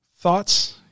thoughts